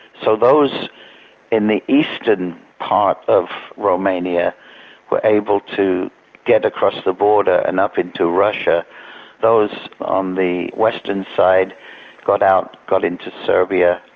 so those in the eastern part of romania were able to get across the border and up into russia those on the western side got out, got into serbia,